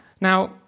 Now